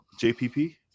JPP